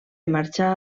marxar